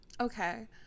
okay